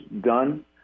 done